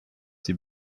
die